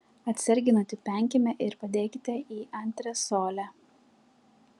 atsargiai nutipenkime ir padėkite į antresolę